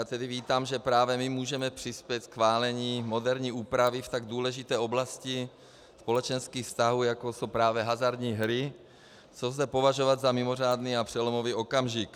Já tedy vítám, že právě my můžeme přispět ke schválení moderní úpravy v tak důležité oblasti společenských vztahů, jako jsou právě hazardní hry, což lze považovat za mimořádný a přelomový okamžik.